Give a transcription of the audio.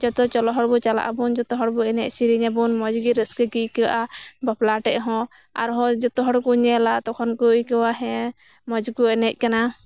ᱡᱚᱛᱚ ᱪᱚᱞᱚ ᱦᱚᱲ ᱡᱚᱛᱚ ᱵᱚ ᱪᱟᱞᱟᱜᱼᱟ ᱵᱚᱱ ᱡᱚᱛᱚ ᱦᱚᱲ ᱵᱚ ᱮᱱᱮᱡ ᱥᱮᱨᱮᱧᱟᱵᱚᱱ ᱢᱚᱸᱡᱽ ᱜᱮ ᱨᱟᱹᱥᱠᱟᱹᱠᱟᱹ ᱜᱮ ᱤᱠᱟᱹᱜᱼᱟ ᱵᱟᱯᱞᱟ ᱴᱷᱮᱡ ᱦᱚᱸ ᱟᱨ ᱦᱚᱸ ᱡᱚᱛᱚ ᱦᱚᱲ ᱠᱚ ᱧᱮᱞᱟ ᱛᱚᱠᱷᱚᱱ ᱠᱚ ᱟᱹᱭᱠᱟᱹᱣᱟ ᱦᱮᱸ ᱢᱚᱸᱡᱽ ᱠᱚ ᱮᱱᱮᱡ ᱠᱟᱱᱟ